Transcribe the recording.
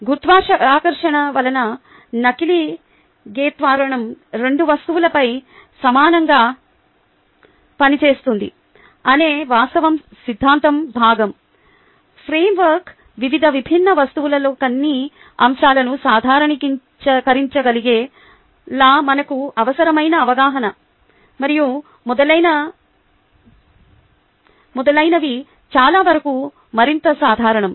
గురుత్వాకర్షణ వలన కలిగే త్వరణం రెండు వస్తువులపై సమానంగా పనిచేస్తుంది అనే వాస్తవం సిద్ధాంత భాగం ఫ్రేమ్వర్క్ వివిధ విభిన్న వస్తువులలో కొన్ని అంశాలను సాధారణీకరించగలిగేలా మనకు అవసరమైన అవగాహన మరియు మొదలైనవి చాలా వరకు మరింత సాధారణం